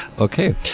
Okay